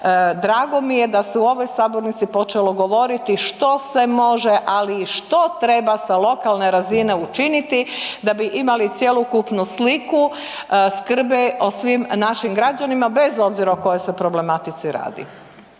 drago mi je da se u ovoj sabornici počelo govoriti što se može, ali i što treba sa lokalne razine učiniti da bi imali cjelokupnu sliku skrbi o svim našim građanima bez obzira o kojoj se problematici radi.